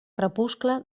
crepuscle